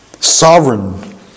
sovereign